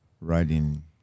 writing